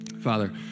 Father